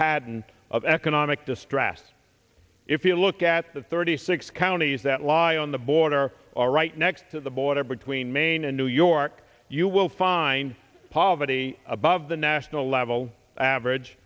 pattern of economic distress if you look at the thirty six counties that lie on the border all right next to the border between maine and new york you will find poverty above the national level average